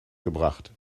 gebracht